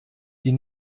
die